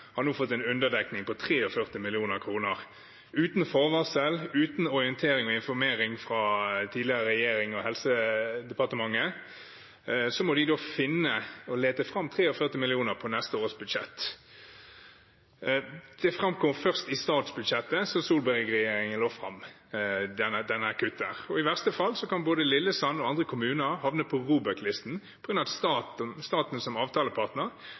har nå fått en underdekning på 43 mill. kr, uten forvarsel, uten orientering og informasjon fra tidligere regjering og Helsedepartementet, og de må da finne, lete fram, 43 mill. kr på neste års budsjett. Dette kuttet framkom først i statsbudsjettet som Solberg-regjeringen la fram. I verste fall kan både Lillesand og andre kommuner havne på ROBEK-listen på grunn av at staten som avtalepartner